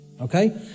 okay